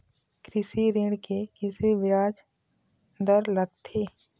कृषि ऋण के किसे ब्याज दर लगथे?